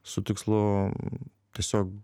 su tikslu tiesiog